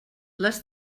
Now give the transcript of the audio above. les